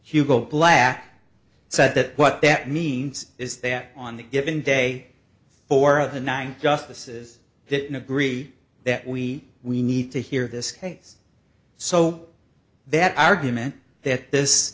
hugo black said that what that means is that on the given day four of the nine justices that agree that we we need to hear this case so that argument that this